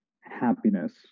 happiness